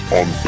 on